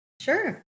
Sure